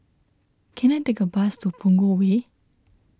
can I take a bus to Punggol Way